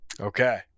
Okay